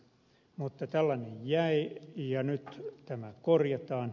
mutta tällainen jäi ja nyt tämä korjataan